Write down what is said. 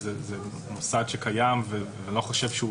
זה מוסד שקיים ואני לא חושב שהוא